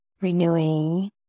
Renewing